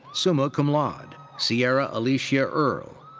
summa cum laude. ciera alyshia earl.